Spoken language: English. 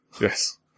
Yes